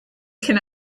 can